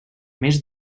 més